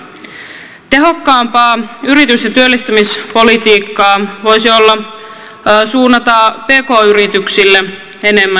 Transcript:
tehokkaampaa yritys ja työllistämispolitiikkaa voisi olla suunnata pk yrityksille enemmän tukea